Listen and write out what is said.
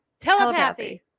Telepathy